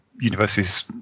universes